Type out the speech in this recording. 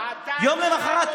אתה אינך דובר אמת.